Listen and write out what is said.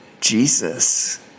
Jesus